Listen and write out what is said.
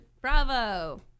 Bravo